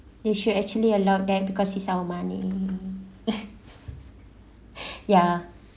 they should actually allow them because it's our money ya